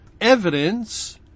evidence